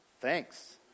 Thanks